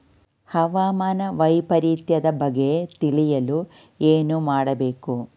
ಹವಾಮಾನ ವೈಪರಿತ್ಯದ ಬಗ್ಗೆ ತಿಳಿಯಲು ಏನು ಮಾಡಬೇಕು?